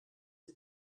die